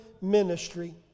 ministry